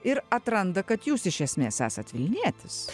ir atranda kad jūs iš esmės esat vilnietis